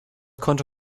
konnte